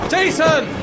Jason